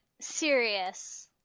serious